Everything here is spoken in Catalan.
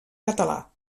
català